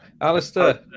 Alistair